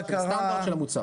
הסטנדרט.